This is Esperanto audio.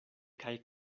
kaj